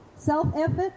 Self-effort